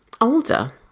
older